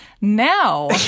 Now